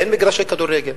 אין מגרשי כדורגל.